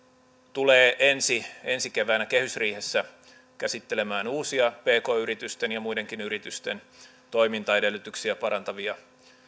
tulee ensi ensi keväänä kehysriihessä käsittelemään uusia pk yritysten ja muidenkin yritysten toimintaedellytyksiä parantavia